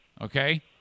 Okay